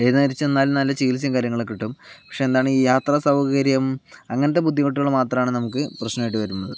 ഏത് നേരം ചെന്നാലും നല്ല ചികിത്സയും കാര്യങ്ങളൊക്കെ കിട്ടും പക്ഷെ എന്താണ് ഈ യാത്ര സൗകര്യം അങ്ങനത്തെ ബുദ്ധിമുട്ടുകള് മാത്രമാണ് നമുക്ക് പ്രശ്നമായിട്ട് വരുന്നത്